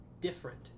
different